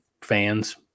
fans